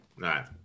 right